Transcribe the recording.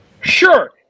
Sure